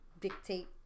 dictate